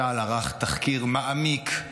צה"ל ערך תחקיר מעמיק,